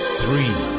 three